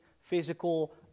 physical